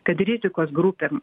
kad rizikos grupėm